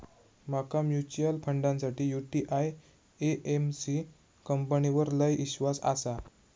माका म्यूचुअल फंडासाठी UTI AMC कंपनीवर लय ईश्वास आसा